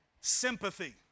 sympathy